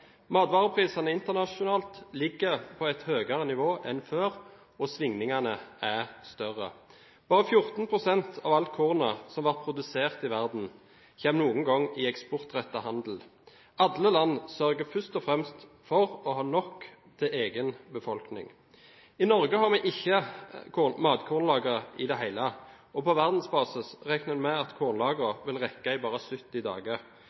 Matvareprisene internasjonalt ligger på et høyere nivå enn før, og svingningene er større. Bare 14 pst. av alt kornet som blir produsert i verden, kommer noen gang i eksportrettet handel. Alle land sørger først og fremst for å ha nok til egen befolkning. I Norge har vi ikke matkornlagre i det hele tatt, og på verdensbasis regner en med at kornlageret vil rekke i bare 70 dager. Når vi i